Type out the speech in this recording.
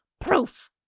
proof